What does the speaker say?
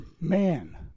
man